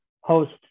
host